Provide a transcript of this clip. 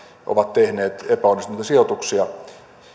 ovat tehneet epäonnistuneita sijoituksia